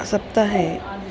सप्ताहे